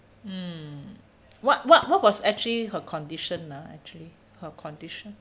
mm what what what was actually her condition ah actually her condition